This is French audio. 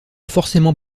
forcément